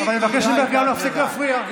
אבל אני מבקש ממך להפסיק להפריע.